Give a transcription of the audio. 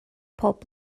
pob